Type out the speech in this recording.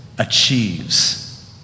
achieves